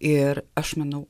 ir aš manau